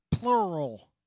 Plural